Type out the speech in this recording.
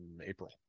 April